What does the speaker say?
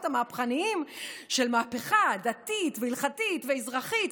המהפכניים של מהפכה דתית והלכתית ואזרחית,